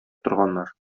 торганнар